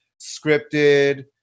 Scripted